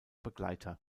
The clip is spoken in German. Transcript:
begleiter